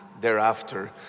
thereafter